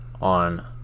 on